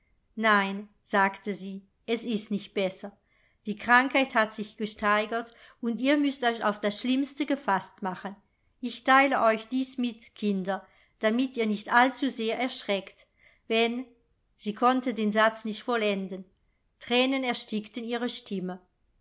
nein sagte sie es ist nicht besser die krankheit hat sich gesteigert und ihr müßt euch auf das schlimmste gefaßt machen ich teile euch dies mit kinder damit ihr nicht allzusehr erschreckt wenn sie konnte den satz nicht vollenden thränen erstickten ihre stimme